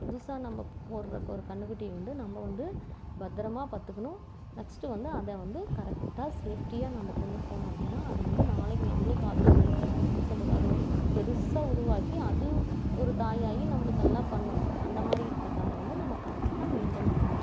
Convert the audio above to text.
புதுசாக நம்ம போடுகிற ஒரு கன்றுக்குட்டிய வந்து நம்ம வந்து பத்திரமா பார்த்துக்கணும் நெக்ஸ்ட்டு வந்து அதை வந்து கரெக்டாக சேஃப்டியாக நம்ம கொண்டுட்டு போனோம் அப்படின்னா அது வந்து நாளைக்கு நம்மளுக்கு அது ஒரு எப்படி சொல்கிறது அது ஒரு பெருசாக உருவாகி அது ஒரு தாயாகி நம்மளுக்கு எல்லாம் பண்ணும் அந்த மாதிரி இருக்கிறது அதை வந்து நம்ம கரெக்டாக மெயின்டைன் பண்ணணும்